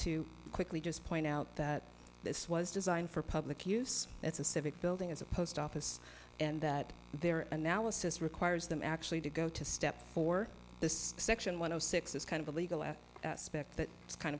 to quickly just point out that this was designed for public use as a civic building as a post office and that their analysis requires them actually to go to step four this section one hundred six is kind of illegal at spect that